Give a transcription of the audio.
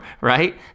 Right